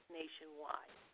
nationwide